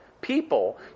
people